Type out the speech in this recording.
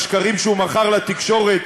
בשקרים שהוא מכר לתקשורת,